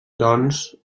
doncs